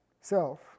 Self